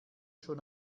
schon